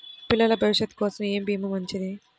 పిల్లల భవిష్యత్ కోసం ఏ భీమా మంచిది?